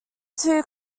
two